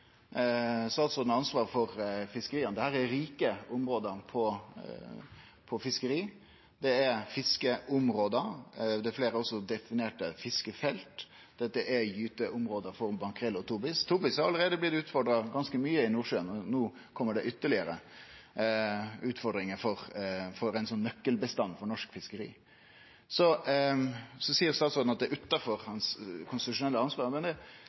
Statsråden har ansvar for fiskeria. Dette er rike område for fiskeri. Det er fiskeområde. Fleire har også definert det som fiskefelt. Dette er gyteområde for makrell og tobis. Tobis har allereie blitt utfordra ganske mykje i Nordsjøen, men no kjem det ytterlegare utfordringar for ein nøkkelbestand for norsk fiskeri. Statsråden seier at det er utanfor hans konstitusjonelle ansvar, men det